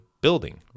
building